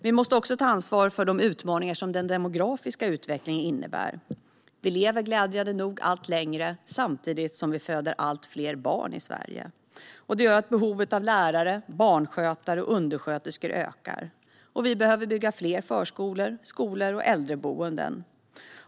Vi måste också ta ansvar för de utmaningar som den demografiska utvecklingen innebär. Vi lever glädjande nog allt längre samtidigt som vi föder allt fler barn i Sverige. Det gör att behovet av lärare, barnskötare och undersköterskor ökar och att vi behöver bygga fler förskolor, skolor och äldreboenden.